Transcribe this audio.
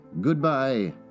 Goodbye